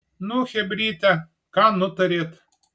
nu chebryte ką nutarėt